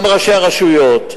גם ראשי הרשויות.